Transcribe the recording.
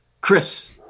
Chris